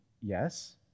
Yes